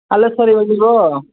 ಅಲ್ಲ ಸರ್ ಇವಾಗ ನೀವು